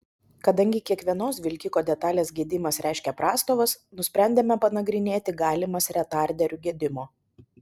kadangi kiekvienos vilkiko detalės gedimas reiškia prastovas nusprendėme panagrinėti galimas retarderių gedimo